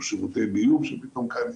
או בשירותי ביוב שפתאום קיימים,